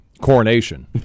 coronation